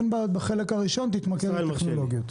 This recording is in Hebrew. אין בעיות בחלק הראשון, תתמקד בטכנולוגיות.